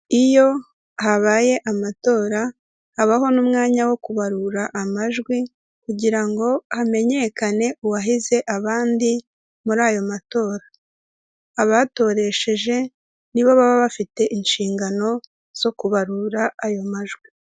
Iyo habaye amatora habaho n'umwanya wo kubarura amajwi kugira ngo hamenyekane uwahize abandi muri ayo matora. Abatoresheje ni bo baba bafite inshingano zo kubarura ayo majwi.